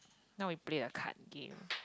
now we play a card game